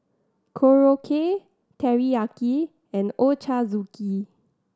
Korokke Teriyaki and Ochazuke